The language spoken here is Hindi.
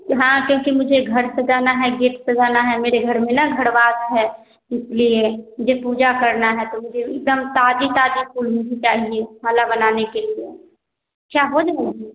हाँ क्योंकि मुझे घर सजाना है गेट सजाना है मेरे घर में न घड़वास है इसलिए जो पूजा करना है तो मुझे एकदम ताज़ा ताज़ा फूल चाहिए मुझे माला बनाने के लिए क्या हो जाएगा